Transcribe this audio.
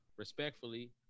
respectfully